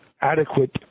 adequate